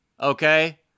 Okay